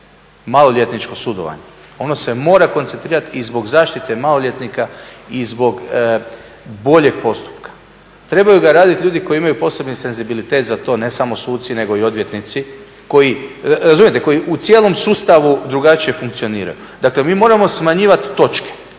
maloljetničko sudovanje ono se mora koncentrirati i zbog zaštite maloljetnika i zbog boljeg postupka. Trebaju ga radit ljudi koji imaju posebni senzibilitet za to, ne samo suci nego i odvjetnici koji, razumijete koji u cijelom sustavu drugačije funkcioniraju. Dakle, mi moramo smanjivati točke.